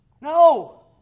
No